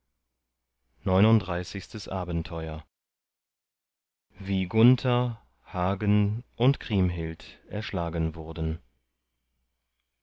neununddreißigstes abenteuer wie gunther hagen und kriemhild erschlagen wurden